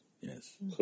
yes